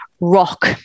Rock